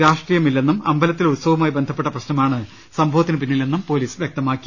രാഷ്ട്രീയമില്ലെന്നും അമ്പലത്തിലെ ഉത്സവവുമായി ബന്ധപ്പെട്ടി പ്രശ്നമാണ് സംഭവത്തിന് പിന്നിലെന്നും പൊലീസ് വ്യക്തമാക്കി